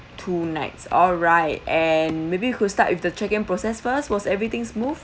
two nights all right and maybe you could start with the check in process first was everything smooth